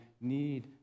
need